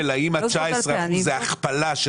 אני שואל האם ה-19 אחוזים זה הכפלה של